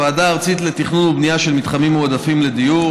הוועדה הארצית לתכנון ובנייה של מתחמים מועדפים לדיור,